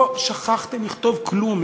לא שכחתם לכתוב כלום,